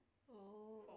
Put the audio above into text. oh okay